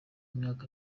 imyaka